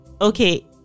Okay